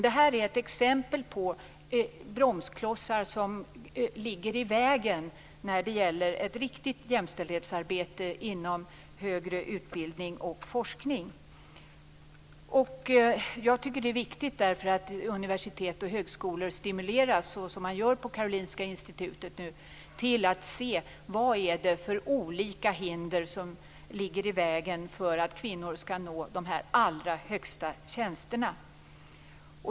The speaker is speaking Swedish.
Detta är ett exempel på bromsklossar som ligger i vägen för ett riktigt jämställdhetsarbete inom högre utbildning och forskning. Det är därför viktigt att universitet och högskolor, såsom man nu gör vid Karolinska institutet, stimuleras till att se vilka olika hinder som finns för att kvinnor skall kunna nå de allra högsta tjänsterna.